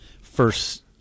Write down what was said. first